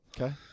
Okay